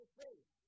faith